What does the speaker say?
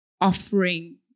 offering